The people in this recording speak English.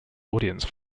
audience